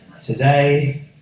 today